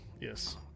Yes